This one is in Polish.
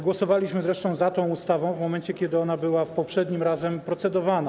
Głosowaliśmy zresztą za tą ustawą w momencie, kiedy ona była poprzednim razem procedowana.